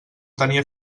tenia